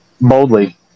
boldly